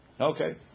Okay